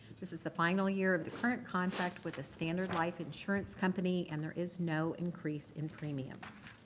this is the final year of the current contract with the standard life insurance company and there is no increase in premiums.